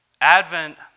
Advent